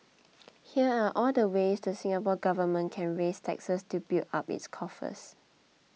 here are all the ways the Singapore Government can raise taxes to build up its coffers